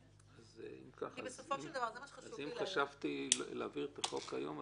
אז אם חשבתי להעביר את החוק היום,